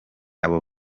abo